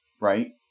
right